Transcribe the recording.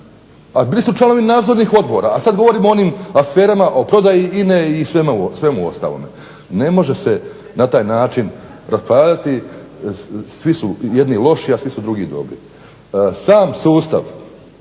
A bili su članovi nadzornih odbora, a sad govorimo o onim aferama o prodaji INA-e i svemu ostalome. Ne može se na taj način raspravljati, svi su jedni loši, a svi su drugi dobri. Sam sustav